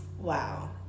Wow